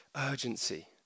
urgency